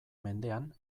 mendean